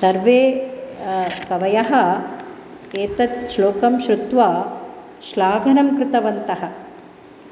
सर्वे कवयः एतद् श्लोकं श्रुत्वा श्लाघनं कृतवन्तः